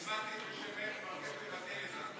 הצבעתי בשם מיקי ואני מבקש לבטל.